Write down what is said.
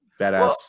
Badass